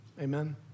Amen